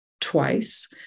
twice